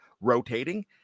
rotating